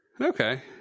Okay